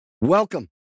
welcome